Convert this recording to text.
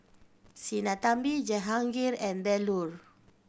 Sinnathamby Jehangirr and Bellur